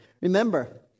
Remember